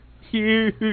huge